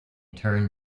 turn